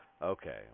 Okay